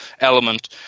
element